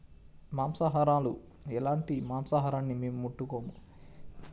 మాంసాహారాలు ఎలాంటి మాంసాహారాన్ని మేము ముట్టుకోము